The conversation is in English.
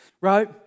right